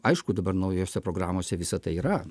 aišku dabar naujose programose visa tai yra